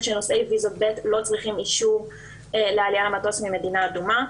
שנושאי ויזות ב' לא צריכים אישור עלייה למטוס ממדינה אדומה.